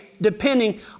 depending